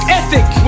ethic